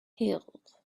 healed